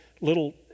little